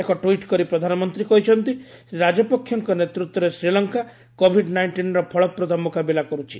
ଏକ ଟ୍ୱିଟ୍ କରି ପ୍ରଧାନମନ୍ତ୍ରୀ କହିଛନ୍ତି ଶ୍ରୀ ରାଜପକ୍ଷେଙ୍କ ନେତୃତ୍ୱରେ ଶ୍ରୀଲଙ୍କା କୋଭିଡ୍ ନାଇଷ୍ଟିନ୍ର ଫଳପ୍ରଦ ମୁକାବିଲା କରୁଛି